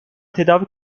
tedavi